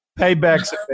Payback's